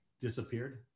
disappeared